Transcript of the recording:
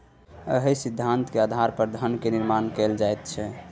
इएह सिद्धान्तक आधार पर धनक निर्माण कैल जाइत छै